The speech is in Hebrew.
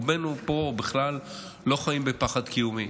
רובנו פה, בכלל, לא חיים בפחד קיומי.